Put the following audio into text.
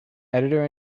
editor